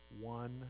one